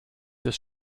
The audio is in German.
des